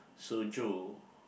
soju